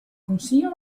consiglio